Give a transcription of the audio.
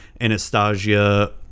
Anastasia